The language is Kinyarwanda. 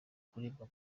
kuribwa